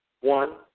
One